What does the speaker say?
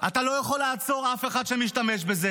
אתה לא יכול לעצור אף אחד שמשתמש בזה.